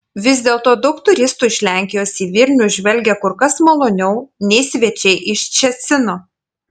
vis dėlto daug turistų iš lenkijos į vilnių žvelgia kur kas maloniau nei svečiai iš ščecino